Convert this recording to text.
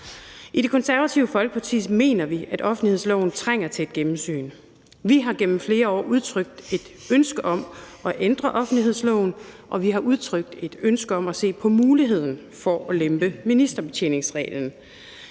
I Det Konservative Folkeparti mener vi, at offentlighedsloven trænger til et gennemsyn. Vi har gennem flere år udtrykt et ønske om at ændre offentlighedsloven, og vi har udtrykt et ønske om at se på muligheden for at lempe ministerbetjeningsreglen,